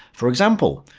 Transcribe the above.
for example,